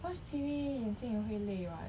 watch T_V 眼睛也会累 [what]